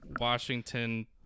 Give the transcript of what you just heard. Washington